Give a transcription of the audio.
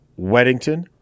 Weddington